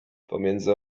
pomiędzy